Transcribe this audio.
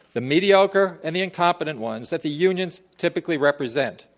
the mediocre and the incompetent ones that the unions typically represent.